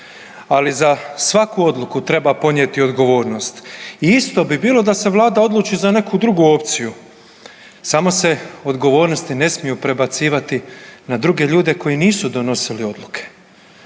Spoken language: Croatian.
ali za svaku odluku treba ponijeti odgovornost. I isto bi bilo da se vlada odluči za neku drugu opciju, samo se odgovornosti ne smiju prebacivati na druge ljude koji nisu donosili odluke.